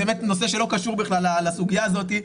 באמת נושא שלא קשור בכלל לסוגיה הזאת,